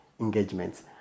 engagements